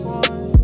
one